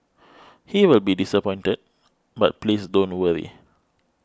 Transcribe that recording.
he will be disappointed but please don't worry